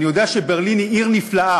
אני יודע שברלין היא עיר נפלאה